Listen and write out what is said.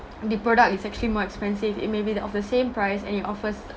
the product is actually more expensive it may be of the same price and it offers